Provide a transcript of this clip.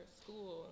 school